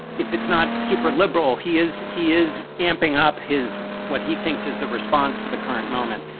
if it's not super liberal, he is he is amping up his what he thinks is the response to the current moment,